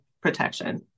protection